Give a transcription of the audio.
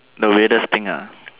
the weirdest thing ah